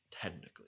technically